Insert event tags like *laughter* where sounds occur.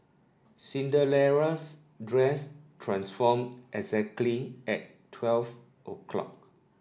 *unintelligible* dress transformed exactly at twelve o'clock